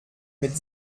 mit